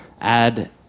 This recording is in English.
add